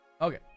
Okay